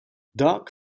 dark